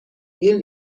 این